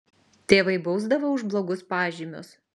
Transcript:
tėvai bausdavo už blogus pažymius